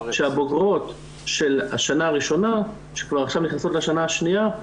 שהבוגרות של השנה הראשונה שעכשיו נכנסות לשנה שניה,